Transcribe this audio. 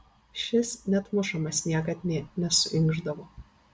šis net mušamas niekad nė nesuinkšdavo